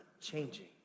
changing